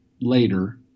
later